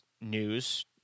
News